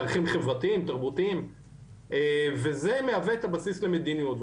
הערכים חברתיים ותרבותיים וזה מהווה את הבסיס למדיניות.